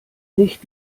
nicht